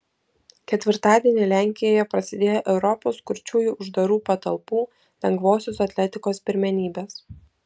ketvirtadienį lenkijoje prasidėjo europos kurčiųjų uždarų patalpų lengvosios atletikos pirmenybės